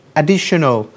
additional